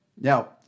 Now